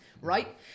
Right